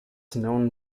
known